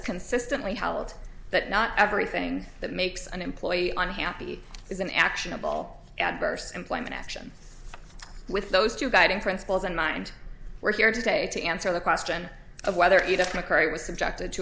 consistently held that not everything that makes an employee on happy is an actionable adverse employment action with those two guiding principles in mind we're here today to answer the question of whether either macwrite was subjected to